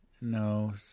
No